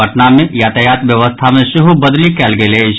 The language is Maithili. पटना मे यातायात व्यवस्था मे सेहो बदलि कयल गेल अछि